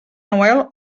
noel